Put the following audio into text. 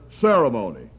ceremony